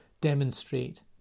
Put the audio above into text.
demonstrate